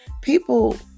People